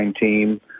team